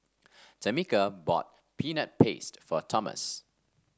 Tamica bought Peanut Paste for Tomas